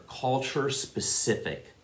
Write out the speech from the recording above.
culture-specific